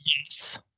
Yes